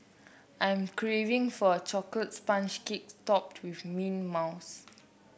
I'm craving for a chocolate sponge cake topped with mint mousse